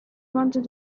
wanted